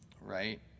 right